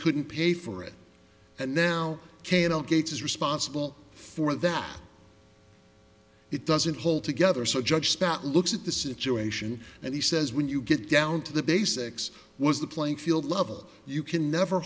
couldn't pay for it and now cannot gates is responsible for that it doesn't hold together so judge spot looks at the situation and he says when you get down to the basics was the playing field level you can never